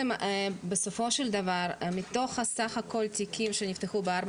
בסופו של דבר מתוך סך כל התיקים שנפתחו בארבע